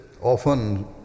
often